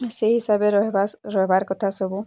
ସେଇ ହିସାବେ ରହେବା ରହେବାର୍ କଥା ସବୁ